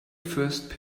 first